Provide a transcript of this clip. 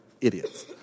idiots